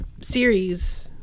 series